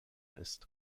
ist